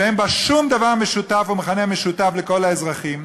שאין בה שום דבר משותף או מכנה משותף לכל האזרחים.